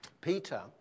Peter